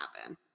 happen